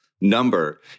number